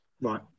Right